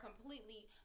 completely